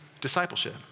discipleship